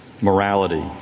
morality